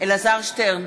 אלעזר שטרן,